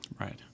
Right